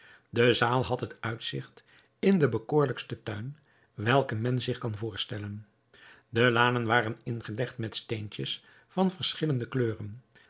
de zaal had het uitzigt in den bekoorlijksten tuin welken men zich kan voorstellen de lanen waren ingelegd met steentjes van verschillende kleuren